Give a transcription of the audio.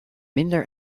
minder